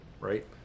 Right